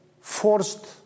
forced